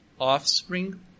offspring